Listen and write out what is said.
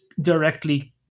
directly